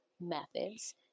methods